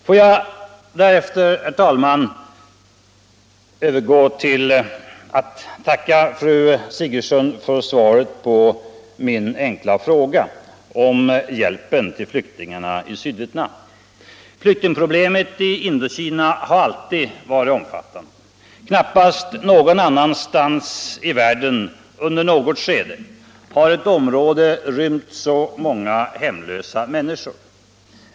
Får jag därefter, herr talman, tacka fru Sigurdsen för svaret på min fråga om hjälp till flyktingar i Sydvietnam. Flyktingproblemet i Indokina har alltid varit omfattande. Knappast någonstans i världen under något skede har ett område rymt så många hemlösa människor.